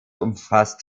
umfasst